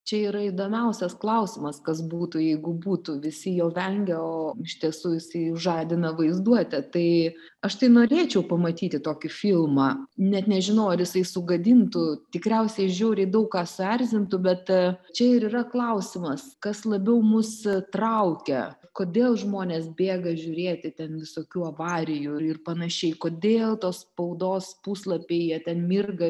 čia yra įdomiausias klausimas kas būtų jeigu būtų visi jo vengia o iš tiesų jisai žadina vaizduotę tai aš tai norėčiau pamatyti tokį filmą net nežinau ar jisai sugadintų tikriausiai žiauriai daug ką suerzintų bet čia ir yra klausimas kas labiau mus traukia kodėl žmonės bėga žiūrėti ten visokių avarijų ir panašiai kodėl tos spaudos puslapiai ten mirga